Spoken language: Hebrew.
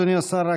אדוני השר,